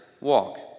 walk